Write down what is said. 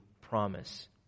promise